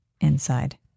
inside